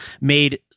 made